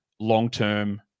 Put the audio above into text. long-term